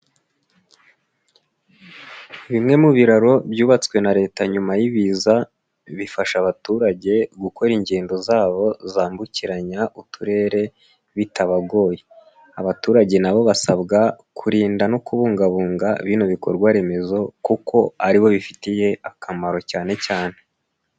Bimwe mu biraro byubatswe na Leta nyuma y'ibiza bifasha abaturage gukora ingendo zabo zambukiranya uturere bitabagoye. Abaturage nabo basabwa kurinda no kubungabunga bino bikorwa remezo kuko aribo bifitiye akamaro cyane cyane.